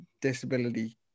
disability